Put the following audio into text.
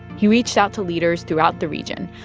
he reached out to leaders throughout the region,